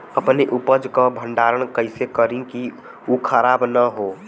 अपने उपज क भंडारन कइसे करीं कि उ खराब न हो?